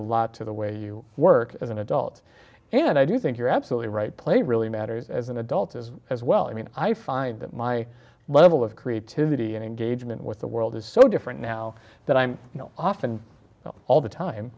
a lot to the way you work as an adult and i do think you're absolutely right play really matters as an adult is as well i mean i find that my level of creativity engagement with the world is so different now that i'm you know often all the time